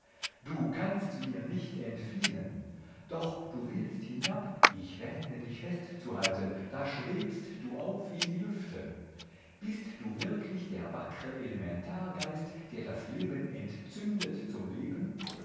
du kannst mir nicht entfliehen doch du willst hinab ich wähne dich festzuhalten da schwebst du auf in die lüfte bist du wirklich der wackre elementargeist der das leben entzündet zum leben